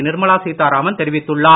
நிர்மலா சீத்தாராமன் தெரிவித்துள்ளார்